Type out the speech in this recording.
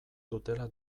dutela